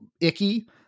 icky